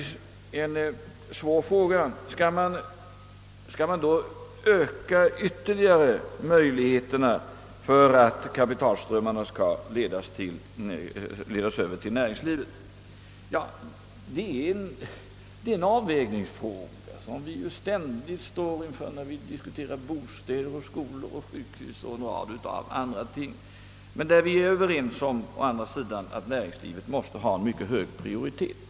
Skall man då ytterligare öka möjligheterna för kreditinstituten att leda över kapitalströmmarna till näringslivet? Det är en avvägningsfråga, som vi ständigt ställs inför när vi diskuterar skolor, bostäder, sjukhus m.m. Vi är å andra sidan överens om att näringslivet måste ha en mycket hög prioritet.